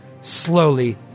slowly